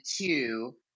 two